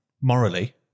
morally